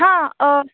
हां अं